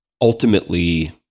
ultimately